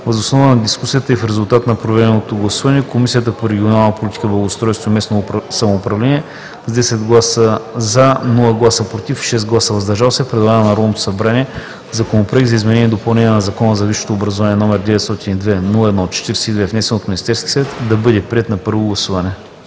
Въз основа на дискусията и в резултат на проведеното гласуване Комисията по регионална политика, благоустройство и местно самоуправление с 10 гласа „за“, без „против“ и 6 гласа „въздържал се“ предлага на Народното събрание Законопроект за изменение и допълнение на Закона за висшето образование, № 902 01-42, внесен от Министерския съвет, да бъде приет на първо гласуване.“